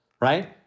right